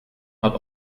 hat